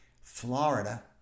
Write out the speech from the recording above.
Florida